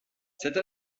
cette